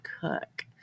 cook